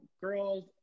girls